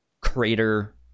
crater